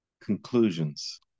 conclusions